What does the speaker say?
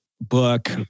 book